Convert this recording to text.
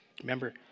Remember